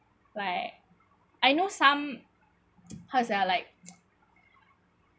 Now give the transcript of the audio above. like I know some how to say ah like